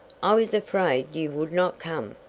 i was afraid you would not come.